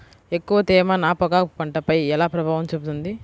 ఎక్కువ తేమ నా పొగాకు పంటపై ఎలా ప్రభావం చూపుతుంది?